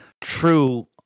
true